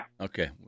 Okay